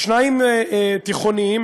שניים תיכוניים,